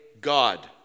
God